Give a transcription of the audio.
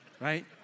right